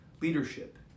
leadership